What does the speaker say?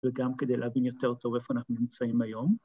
‫וגם כדי להבין יותר טוב ‫איפה אנחנו נמצאים היום.